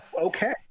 Okay